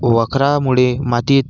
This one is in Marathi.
वखरामुळे मातीत